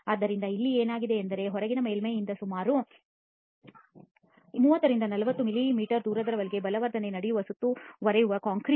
ಆದ್ದರಿಂದ ಈಗ ಏನಾಗಲಿದೆ ಎಂದರೆ ಹೊರಗಿನ ಮೇಲ್ಮೈಯಿಂದ ಇನ್ನೂ 30 ರಿಂದ 40 ಮಿಲಿಮೀಟರ್ ದೂರದಲ್ಲಿರುವ ಬಲವರ್ಧನೆಯ ನಡುವೆ ಸುತ್ತುವರೆದಿರುವ ಕಾಂಕ್ರೀಟ್